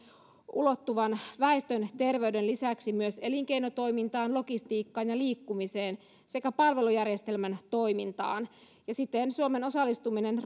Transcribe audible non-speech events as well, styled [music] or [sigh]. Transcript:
ulottuvan väestön terveyden lisäksi myös elinkeinotoimintaan logistiikkaan ja liikkumiseen sekä palvelujärjestelmän toimintaan ja siten suomen osallistuminen [unintelligible]